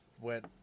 went